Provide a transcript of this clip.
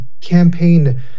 campaign